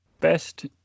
best